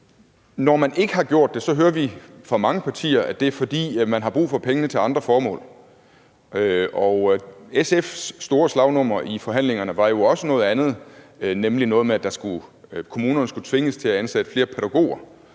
Når man ikke har gjort det, så hører vi fra mange partiers side, at det er, fordi man har brug for pengene til andre formål. SF's store slagnummer i forhandlingerne var jo også noget andet, nemlig noget med, at kommunerne skulle tvinges til at ansætte flere pædagoger.